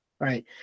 Right